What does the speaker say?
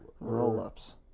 roll-ups